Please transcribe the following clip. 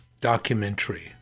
documentary